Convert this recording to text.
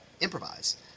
improvise